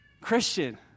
Christian